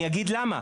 רגע, אני אגיד למה.